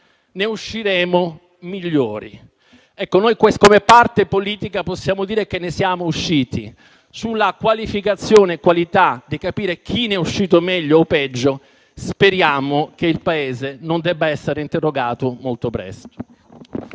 ne usciremo migliori. Ecco, noi, come parte politica, possiamo dire che ne siamo usciti. Sulla qualificazione di chi ne è uscito meglio o peggio, speriamo che il Paese non debba essere interrogato molto presto.